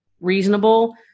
reasonable